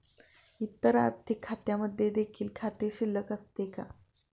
इतर आर्थिक खात्यांमध्ये देखील खाते शिल्लक असते का?